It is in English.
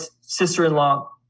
sister-in-law